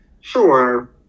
Sure